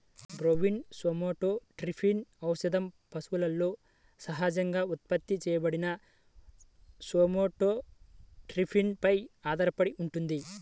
bovine somatotropin ఔషధం పశువులలో సహజంగా ఉత్పత్తి చేయబడిన సోమాటోట్రోపిన్ పై ఆధారపడి ఉంటుంది